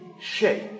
shape